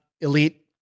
elite